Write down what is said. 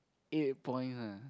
eight point ah